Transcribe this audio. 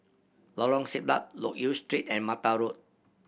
Lorong Siglap Loke Yew Street and Mata Road